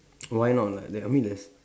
why not like there I mean there's